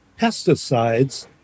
pesticides